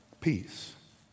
Peace